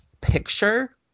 picture